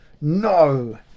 No